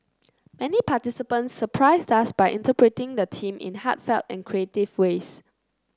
many participants surprised us by interpreting the theme in heartfelt and creative ways